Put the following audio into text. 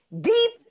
deep